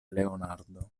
leonardo